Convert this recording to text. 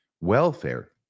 welfare